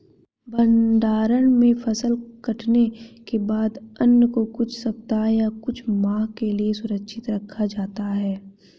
भण्डारण में फसल कटने के बाद अन्न को कुछ सप्ताह या कुछ माह के लिये सुरक्षित रखा जाता है